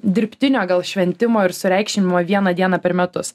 dirbtinio gal šventimo ir sureikšminimo vieną dieną per metus